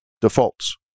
defaults